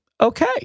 okay